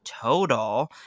total